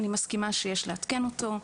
אני מסכימה שיש לעדכן אותו,